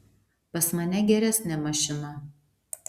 pas mane geresnė mašina